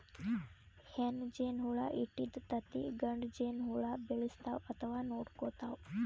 ಹೆಣ್ಣ್ ಜೇನಹುಳ ಇಟ್ಟಿದ್ದ್ ತತ್ತಿ ಗಂಡ ಜೇನಹುಳ ಬೆಳೆಸ್ತಾವ್ ಅಥವಾ ನೋಡ್ಕೊತಾವ್